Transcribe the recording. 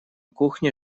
кухне